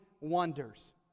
wonders